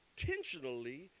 intentionally